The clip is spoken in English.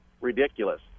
ridiculous